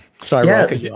sorry